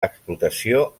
explotació